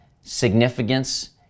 significance